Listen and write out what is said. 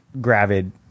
gravid